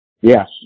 Yes